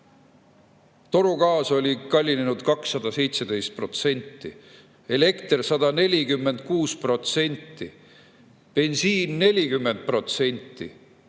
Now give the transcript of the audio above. torugaas oli kallinenud 217%, elekter 146%, bensiin 40%.